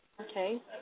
Okay